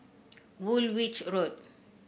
Woolwich Road